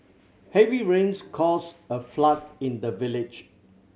heavy rains caused a flood in the village